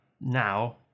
now